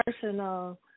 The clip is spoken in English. personal